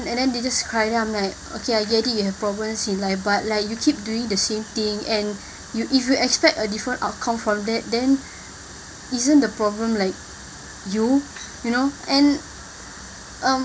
and then they just cry then I'm like okay I get it you have problems in life but like you keep doing the same thing and you if you expect a different outcome from that then isn't the problem like you you know and um